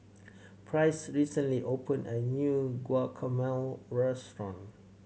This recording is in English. price recently opened a new Guacamole Restaurant